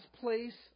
place